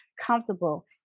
comfortable